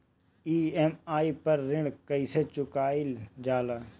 EMI पर ऋण कईसे चुकाईल जाला?